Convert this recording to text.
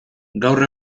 gaur